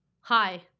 hi